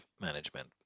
management